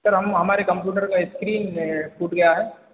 sir हम हमारे computer का स्क्रीन टूट गया है